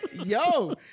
Yo